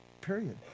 period